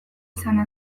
izana